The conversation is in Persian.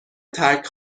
ترک